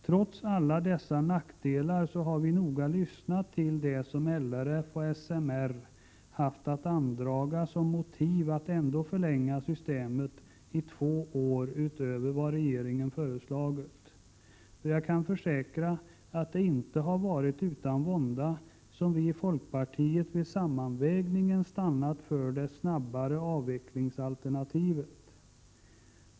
Trots alla dessa nackdelar har vi noga lyssnat till det som LRF och SMR haft att andraga som motiv för att ändå förlänga systemet i två år utöver vad regeringen föreslagit. Jag kan försäkra att det inte har varit utan vånda som vi i folkpartiet vid sammanvägningen stannat för det snabbare avvecklingsalternativet.